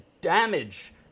damage